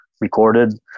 recorded